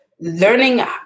learning